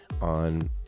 on